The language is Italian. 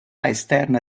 esterna